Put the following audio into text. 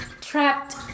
trapped